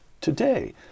today